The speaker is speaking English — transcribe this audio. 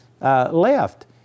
left